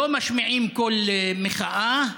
לא משמיעים קול מחאה.